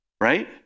right